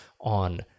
on